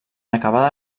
acabada